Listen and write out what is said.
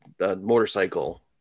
Motorcycle